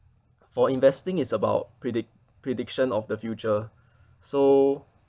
for investing is about predict~ prediction of the future so